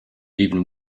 even